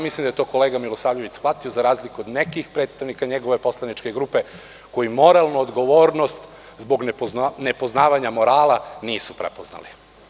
Mislim, da je to kolega Milosavljević shvatio za razliku od nekih predstavnika njegove poslaničke grupe koji moralnu odgovornost zbog nepoznavanja morala nisu prepoznali.